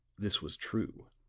this was true